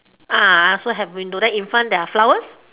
uh I also have window then in front there are flowers